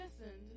listened